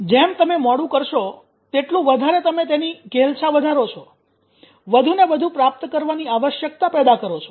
જેટલું તમે મોડુ કરશો તેટલું વધારે તમે તેની ઘેલછા વધારો છો વધુને વધુ પ્રાપ્ત કરવાની આવશ્યકતા પેદા કરો છો